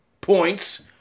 points